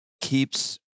keeps